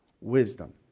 wisdom